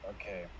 Okay